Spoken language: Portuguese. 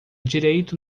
direito